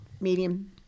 medium